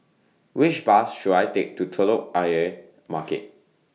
Which Bus should I Take to Telok Ayer Market